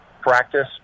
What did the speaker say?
practice